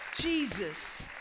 Jesus